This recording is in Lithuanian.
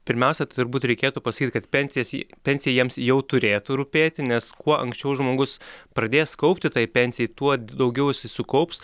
pirmiausia turbūt reikėtų pasakyt kad pensijas į pensiją jiems jau turėtų rūpėti nes kuo anksčiau žmogus pradės kaupti tai pensijai tuo daugiau jisai sukaups